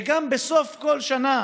וגם בסוף כל שנה,